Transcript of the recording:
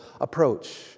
approach